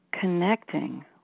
connecting